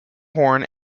horne